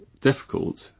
difficult